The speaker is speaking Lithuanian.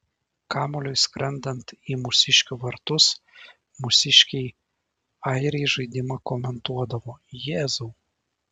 kamuoliui skrendant į mūsiškių vartus mūsiškiai airiai žaidimą komentuodavo jėzau